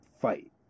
fight